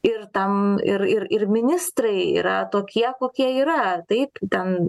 ir tam ir ir ir ministrai yra tokie kokie yra taip ten